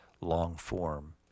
long-form